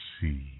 see